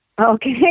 Okay